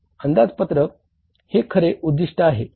अंदाजपत्रकाचे हे खरे उद्दिष्ट आहे